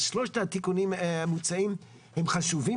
שלושת התיקונים המוצעים הם חשובים